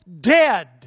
dead